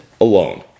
alone